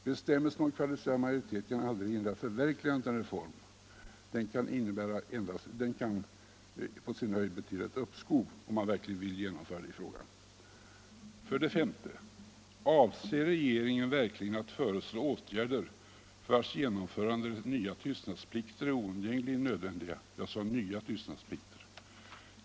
Bestämmelsen om kvalificerad majoritet kan aldrig hindra förverkligandet av re 139 former; den kan på sin höjd betyda ett uppskov om man verkligen vill genomföra en fråga. För det fjärde vill jag fråga om regeringen verkligen avser att föreslå reformer för vilkas genomförande nya tystnadsplikter är oundgängligen nödvändiga.